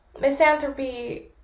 Misanthropy